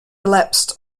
relapsed